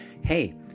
hey